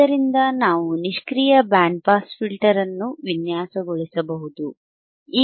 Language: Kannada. ಇದರಿಂದ ನಾವು ನಿಷ್ಕ್ರಿಯ ಬ್ಯಾಂಡ್ ಪಾಸ್ ಫಿಲ್ಟರ್ ಅನ್ನು ವಿನ್ಯಾಸಗೊಳಿಸಬಹುದು